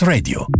Radio